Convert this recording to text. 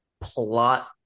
plot